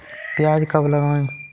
प्याज कब लगाएँ?